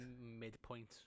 midpoint